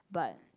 but